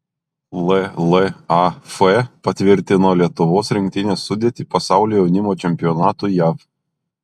llaf patvirtino lietuvos rinktinės sudėtį pasaulio jaunimo čempionatui jav